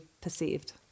perceived